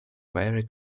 very